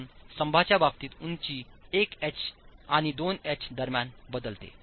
म्हणून स्तंभांच्या बाबतीत उंची 1 एच आणि 2 एच दरम्यान बदलते